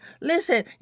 Listen